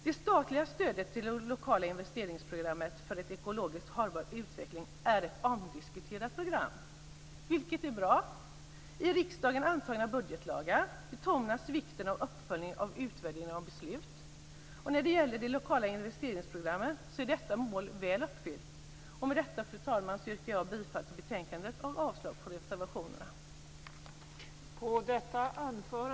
Det statliga stödet till det lokala investeringsprogrammet för en ekologiskt hållbar utveckling är ett omdiskuterat program, vilket är bra. I riksdagen antagna budgetlagar betonas vikten av uppföljning och utvärdering av beslut. Och när det gäller de lokala investeringsprogrammen är detta mål väl uppfyllt. Fru talman! Med det anförda yrkar jag bifall till hemställan i betänkandet och avslag på reservationerna.